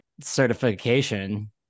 certification